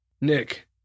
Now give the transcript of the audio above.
Nick